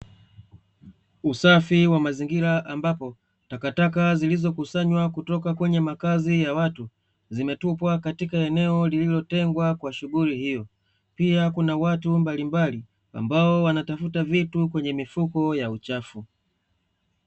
Usafi wa mazingira ambapo takataka zilizokusanywa kutoka kwenye makazi ya watu, zimetupwa katika eneo lililotengwa kwa shughuli hiyo. Pia kuna watu mbalimbali ambao wanatafuta vitu kwenye mifuko ya uchafu.